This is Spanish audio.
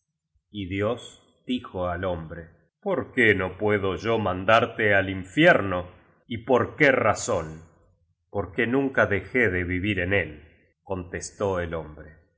y dios dijo al hombre porqué no puedo yo mandarte a infierno y por qué razón porque nunca dejé de vivir cu él contestó el hombre